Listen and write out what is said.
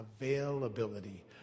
availability